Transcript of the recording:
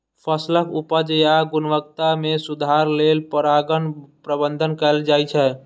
फसलक उपज या गुणवत्ता मे सुधार लेल परागण प्रबंधन कैल जाइ छै